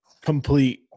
complete